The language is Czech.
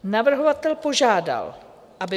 Navrhovatel požádal, aby